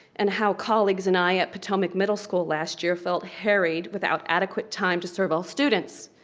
and how colleagues and i at potomac middle school last year felt harried without adequate time to serve all students.